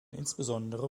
insbesondere